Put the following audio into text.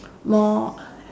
more